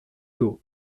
tôt